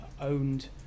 owned